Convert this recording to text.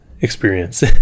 experience